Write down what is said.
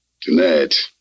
Tonight